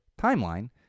timeline